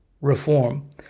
reform